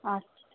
আচ্ছা